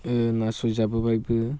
ओ नासय जाबोबायबो